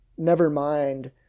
nevermind